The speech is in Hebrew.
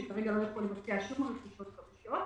שכרגע לא יכול לבצע שום רכישות חדשות.